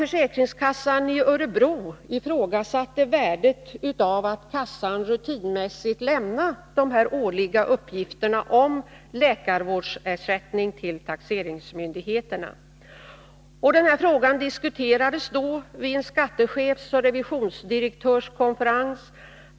Försäkringskassan i Örebro ifrågasatte värdet av att kassan till taxeringsmyndigheterna rutinmässigt lämnar de årliga uppgifterna om läkarvårdsersättning. Frågan diskuterades vid en skattechefsoch revisionsdirektörskonferens.